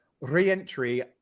re-entry